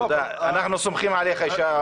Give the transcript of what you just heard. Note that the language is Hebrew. אנחנו סומכים עליך.